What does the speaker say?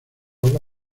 habla